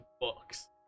books